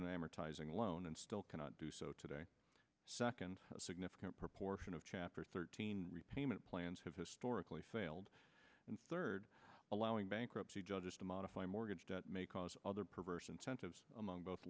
amortizing loan and still cannot do so today second a significant proportion of chapter thirteen repayment plans have historically failed and third allowing bankruptcy judges to modify mortgage debt may cause other perverse incentives among both